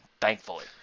thankfully